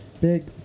big